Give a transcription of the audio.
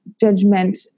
judgment